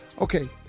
Okay